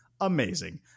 Amazing